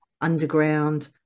underground